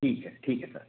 ठीक है ठीक है सर